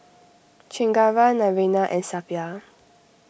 Chengara Naraina and Suppiah